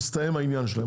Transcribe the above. יסתיים העניין שלהם,